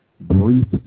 brief